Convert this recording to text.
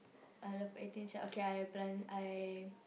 I love Eighteen-Chef okay I belan~ I